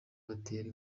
batere